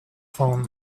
phone